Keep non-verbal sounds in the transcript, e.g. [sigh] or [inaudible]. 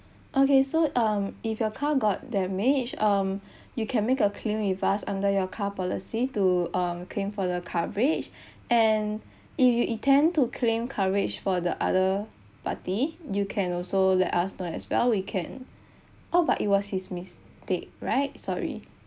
okay so um if your car got damaged um [breath] you can make a claim with us under your car policy to um claim for the coverage [breath] and if you intend to claim coverage for the other party you can also let us know as well we can [breath] oh but it was his mistake right sorry